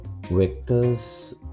vectors